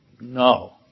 no